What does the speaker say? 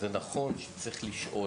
זה נכון שצריך לשאול,